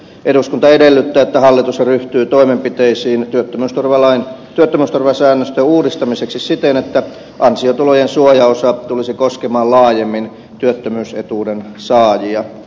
eduskunta edellyttää että hallitus ryhtyy toimenpiteisiin työttömyysturvasäännösten uudistamiseksi siten että ansiotulojen suojaosa tulisi koskemaan laajemmin työttömyysetuuden saajia